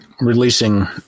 releasing